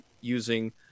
using